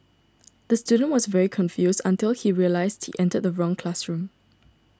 the student was very confused until he realised he entered the wrong classroom